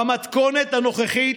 במתכונת הנוכחית,